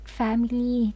family